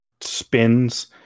spins